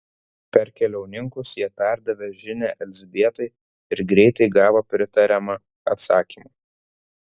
per keliauninkus jie perdavė žinią elzbietai ir greitai gavo pritariamą atsakymą